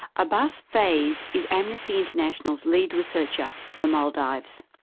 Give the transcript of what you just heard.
abbas faiz is amnesty international's lead researcher on the maldives.